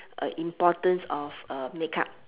uh importance of uh makeup